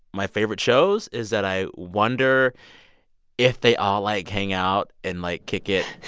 my favorite shows is that i wonder if they all, like, hang out and, like, kick it.